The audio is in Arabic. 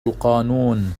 القانون